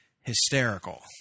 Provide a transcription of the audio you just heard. hysterical